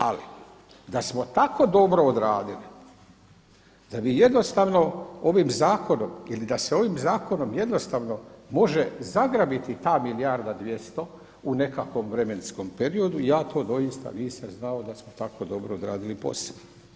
Ali, da smo tako dobro odradili, da bi jednostavno ovim zakonom, ili da se ovim zakonom jednostavno može zagrabiti ta milijarda dvjesto u nekakvom vremenskom periodu, ja to doista nisam znao da smo tako dobro odradili posao.